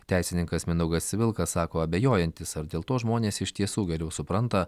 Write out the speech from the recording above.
teisininkas mindaugas vilkas sako abejojantis ar dėl to žmonės iš tiesų geriau supranta